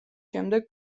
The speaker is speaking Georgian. შემდეგ